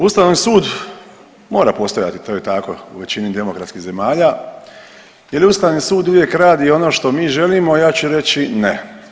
Ustavni sud mora postojati to je tako u većini demokratskih zemalja, jer Ustavni sud uvijek radi ono što mi želimo, a ja ću reći ne.